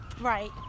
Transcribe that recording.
Right